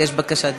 כי יש בקשת דיבור.